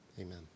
Amen